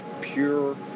pure